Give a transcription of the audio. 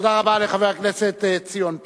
תודה רבה לחבר הכנסת ציון פיניאן.